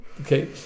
Okay